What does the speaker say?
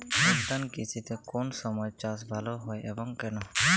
উদ্যান কৃষিতে কোন সময় চাষ ভালো হয় এবং কেনো?